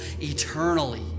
eternally